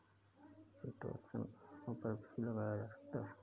chitosan घावों पर भी लगाया जा सकता है